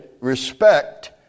respect